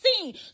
seen